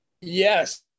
yes